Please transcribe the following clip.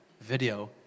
video